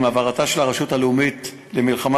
עם העברתה של הרשות הלאומית למלחמה